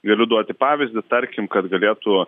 ir duoti pavyzdį tarkim kad galėtų